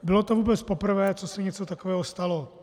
Bylo to vůbec poprvé, co se něco takového stalo.